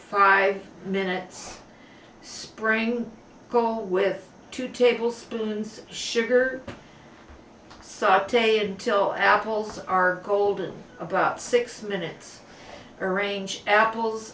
five minutes spring go with two tablespoons sugar saut until apples are golden about six minutes arrange apples